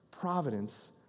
providence